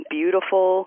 beautiful